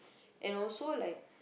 and also like